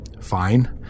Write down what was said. Fine